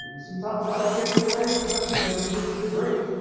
sometimes life gets in the way, sometimes you know you just need a break,